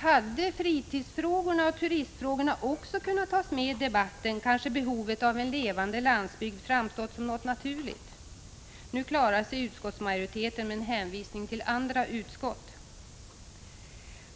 Hade fritidsfrågorna och turistfrågorna kunnat tas med i debatten kanske behovet av en levande landsbygd hade framstått som något naturligt. Nu klarar sig utskottsmajoriteten med en hänvisning till andra utskott.